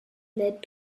lead